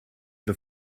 the